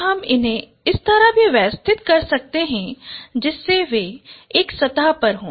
अब हम इन्हें इस तरह भी व्यवस्थित कर सकते हैं जिससे वे एक सतह पर हों